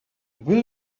will